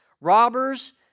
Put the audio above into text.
robbers